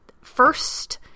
first